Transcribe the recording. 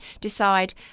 decide